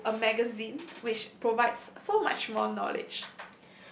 through a magazine which provides so much more knowledge